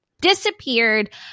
disappeared